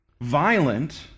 violent